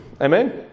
amen